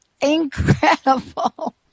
Incredible